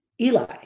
Eli